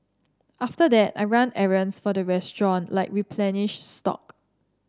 after that I run errands for the restaurant like replenish stock